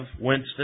Winston